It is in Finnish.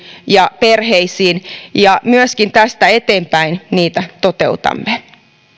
ja perheisiin ja myöskin tästä eteenpäin niitä toteutamme